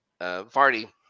vardy